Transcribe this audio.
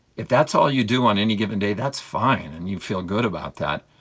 if that's all you do on any given day, that's fine, and you feel good about that,